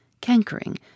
cankering